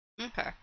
Okay